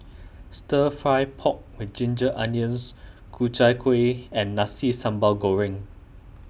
Stir Fry Pork with Ginger Onions Ku Chai Kueh and Nasi Sambal Goreng